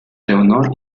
leonor